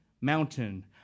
mountain